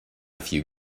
few